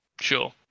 Sure